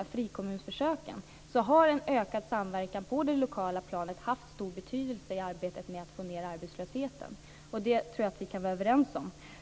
av frikommunsförsöken. En ökad samverkan på det lokala planet har haft stor betydelse i arbetet med att få ned arbetslösheten. Det tror jag att vi kan vara överens om.